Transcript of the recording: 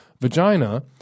vagina